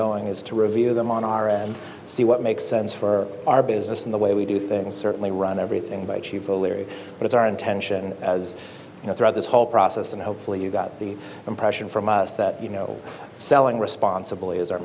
going is to review them on our end see what makes sense for our business in the way we do things certainly run everything by chief o'leary but it's our intention as you know throughout this whole process and hopefully you got the impression from us that you know selling responsibly is our